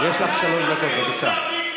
יש לך שלוש דקות, בבקשה.